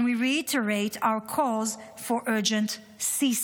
and we reiterate our calls for urgent ceasefire.